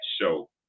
show